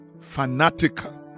fanatical